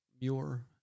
Muir